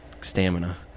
Stamina